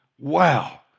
Wow